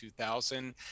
2000